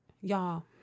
Y'all